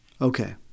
Okay